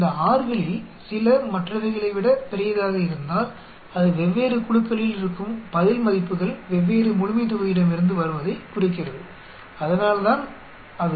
இந்த Rகளில் சில மற்றவைகளை விடப் பெரியதாக இருந்தால் அது வெவ்வேறு குழுக்களில் இருக்கும் பதில் மதிப்புகள் வெவ்வேறு முழுமைத்தொகுதியிடமிருந்து வருவதைக் குறிக்கிறது அதனால் அது தான் அது